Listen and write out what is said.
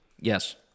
Yes